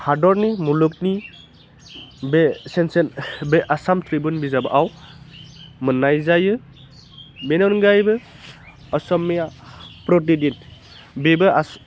हादरनि मुलुगनि बे बे आसाम ट्रिबुन बिजाबाव मोन्नाय जायो बेनि अनगायैबो असमिया प्रतिदिन बेबो